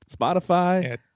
Spotify